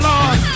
Lord